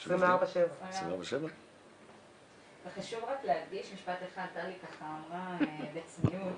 24/7. טלי אמרה בצניעות